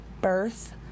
birth